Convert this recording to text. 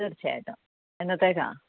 തീർച്ചയായിട്ടും എന്നത്തേക്കാ